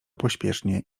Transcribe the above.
pośpiesznie